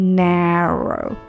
narrow